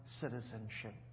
citizenship